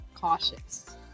cautious